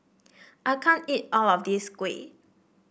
I can't eat all of this Kuih